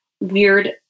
weird